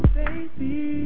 baby